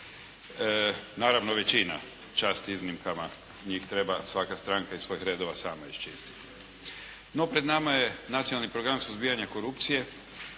Naravno većina. Čast iznimkama. Njih treba svaka stranka iz svojih redova sama iščistiti. No pred nama je Nacionalni program suzbijanja korupcije